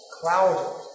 clouded